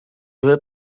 lit